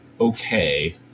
okay